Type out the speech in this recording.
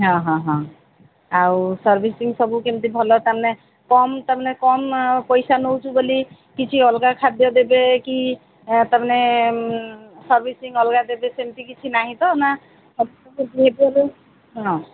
ହଁ ହଁ ହଁ ଆଉ ସର୍ଭିସିଂ ସବୁ କେମିତି ଭଲ ତାମାନେ କମ୍ ତାମାନେ କମ୍ ପଇସା ନେଉଛୁ ବୋଲି କିଛି ଅଲଗା ଖାଦ୍ୟ ଦେବେ କି ତାମାନେ ସର୍ଭିସିଂ ଅଲଗା ଦେବେ ସେମିତି କିଛି ନାହିଁ ତ ନା ହଁ